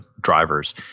drivers